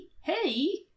hey